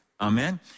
Amen